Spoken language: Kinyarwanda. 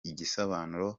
igisobanuro